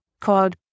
called